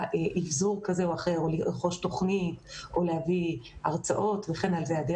אבזור כזה או אחר או לרכוש תוכנית או להביא הרצאות וכן הלאה.